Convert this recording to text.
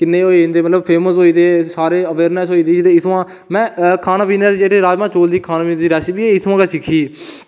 ते एह् सारे फेमस होई गेदे अगर में इंया खाने पीने दी रैसिपी राजमांह् चौल बी में इंदे कोला सिक्खी